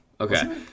Okay